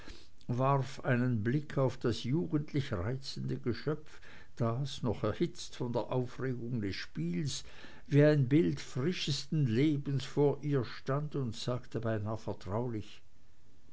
warf einen blick auf das jugendlich reizende geschöpf das noch erhitzt von der aufregung des spiels wie ein bild frischesten lebens vor ihr stand und sagte beinahe vertraulich